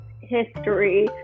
history